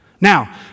Now